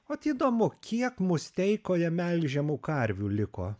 ot įdomu kiek musteikoje melžiamų karvių liko